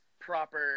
proper